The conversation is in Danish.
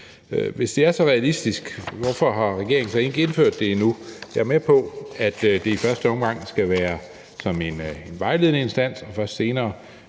Hvis det er så realistisk, hvorfor har regeringen så ikke indført det endnu? Jeg er med på, at det i første omgang skal være som en vejledende instans og først senere